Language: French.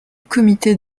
comité